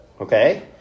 okay